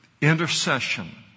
intercession